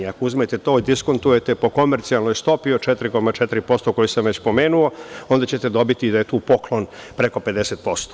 Ako uzmete to i diskontujete po komercijalnoj stopi od 4,4%, koji sam već pomenuo onda ćete dobiti da je tu poklon preko 50%